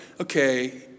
Okay